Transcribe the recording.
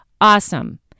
awesome